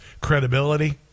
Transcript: credibility